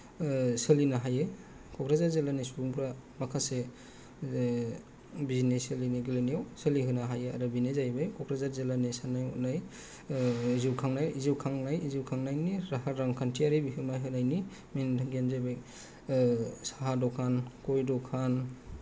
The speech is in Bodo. सोलिनो हायो क'क्राझार जिल्लानि सुबुंफ्रा माखासे बिजनेस सोलिनो गेलेनायाव सोलिहोनो हायो आरो बिनो जाहैबाय क'क्राझार जिल्लानि साननाय हनाय जिउ खांनाय जिउ खांनाय जिउ खांनायनि राहा रांखान्थियारि बिहोमा होनायनि मेइन थांखियानो जाबाय साहा दखान गय दखान